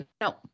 No